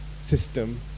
system